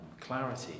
clarity